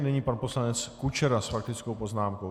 Nyní pan poslanec Kučera s faktickou poznámkou.